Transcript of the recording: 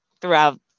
throughout